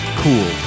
cool